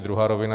Druhá rovina.